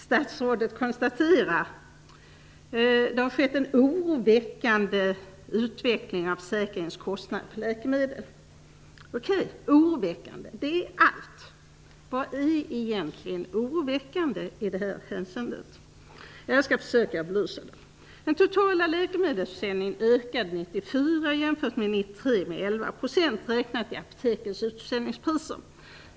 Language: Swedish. Statsrådet konstaterar där att det har skett en oroväckande utveckling av försäkringskostnaderna för läkemedel. Allt hon säger är att det är oroväckande. Vad är egentligen oroväckande i det här hänseendet? Jag skall försöka att belysa det. jämfört med 1993 med 11 % räknat i apotekens utförsäljningspriser.